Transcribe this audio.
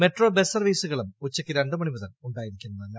metro bus സർവ്വീസ്ടുകളും ഉച്ചയ്ക്ക് രണ്ടു മണിമുതൽ ഉണ്ടായിരിക്കുന്നതല്ല